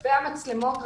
לגבי המצלמות,